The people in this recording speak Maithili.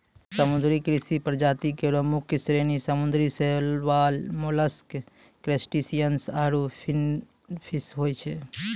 समुद्री कृषि प्रजाति केरो मुख्य श्रेणी समुद्री शैवाल, मोलस्क, क्रसटेशियन्स आरु फिनफिश होय छै